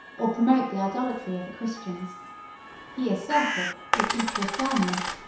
or promote the idolatry, of the christians he asserted, with equal firmness,